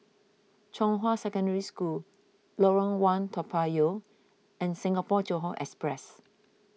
Zhonghua Secondary School Lorong one Toa Payoh and Singapore Johore Express